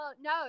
No